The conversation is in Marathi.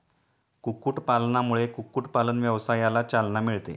कुक्कुटपालनामुळे कुक्कुटपालन व्यवसायाला चालना मिळते